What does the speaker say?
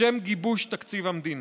לשם גיבוש תקציב המדינה,